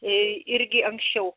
irgi anksčiau